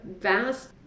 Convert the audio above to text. vast